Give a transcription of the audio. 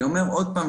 אני אומר עוד פעם,